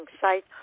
site